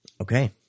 Okay